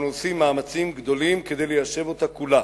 עושים מאמצים גדולים כדי ליישב אותה כולה.